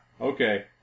Okay